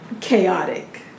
chaotic